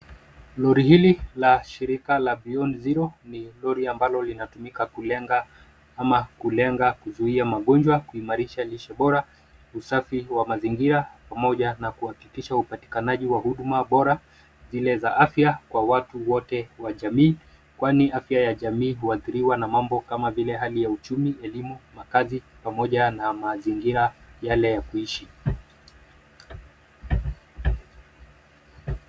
Lori hili la shirika la BEYOND ZERO ni lori ambalo linatumika kulenga ama kulenga kuzuia magonjwa, kuimarisha lishe bora, usafi wa mazingira, pamoja na kuhakikisha upatikanaji wa huduma bora, zile za afya kwa watu wote wa jamii, kwani afya ya jamii huathiriwa na mambo kama vile: hali ya uchumi, elimu, makazi, pamoja na mazingira yale ya kuishi.